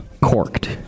Corked